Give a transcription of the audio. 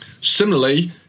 Similarly